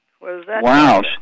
Wow